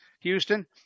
Houston